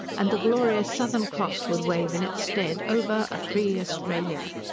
and the glorious southern cross would wave in its stead, over a free australia.